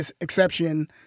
exception